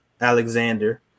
alexander